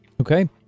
Okay